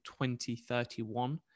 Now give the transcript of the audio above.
2031